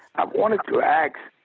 i wanted to ask,